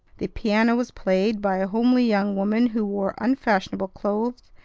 the piano was played by a homely young woman who wore unfashionable clothes,